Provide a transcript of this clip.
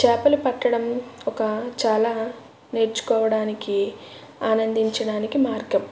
చాపలు పట్టడం ఒక చాలా నేర్చుకోవడానికి ఆనందించడానికి మార్గం